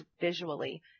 visually